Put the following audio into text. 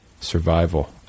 Survival